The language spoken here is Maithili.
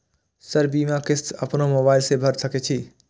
सर बीमा किस्त अपनो मोबाईल से भर सके छी?